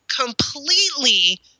completely